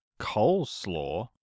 Coleslaw